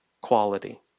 quality